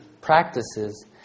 practices